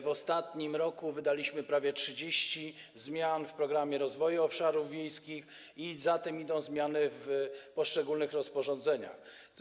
W ostatnim roku wprowadziliśmy prawie 30 zmian w Programie Rozwoju Obszarów Wiejskich i za tym idą zmiany w poszczególnych rozporządzeniach.